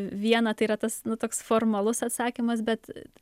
vieną tai yra tas nu toks formalus atsakymas bet